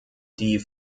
die